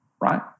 right